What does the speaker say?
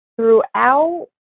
Throughout